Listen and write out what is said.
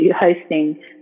hosting